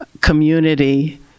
community